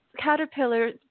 caterpillar